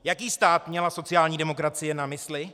Jaký stát měla sociální demokracie na mysli?